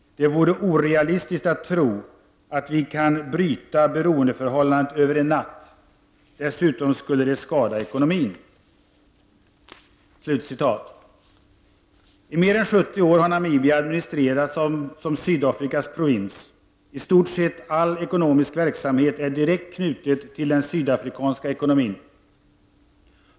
Det vore orealistiskt att tro att vi kan bryta beroendeförhållandet över en natt. Dessutom skulle det skada ekonomin.” I mer än 70 år har Namibia administrerats som Sydafrikas provins. I stort sett all ekonomisk verksamhet är direkt knuten till den sydafrikanska ekonomin.